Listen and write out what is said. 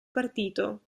partito